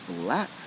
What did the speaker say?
black